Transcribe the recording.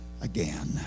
again